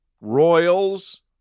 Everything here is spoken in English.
Royals